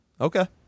Okay